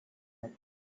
mecca